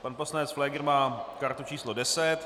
Pan poslanec Pfléger má kartu číslo 10.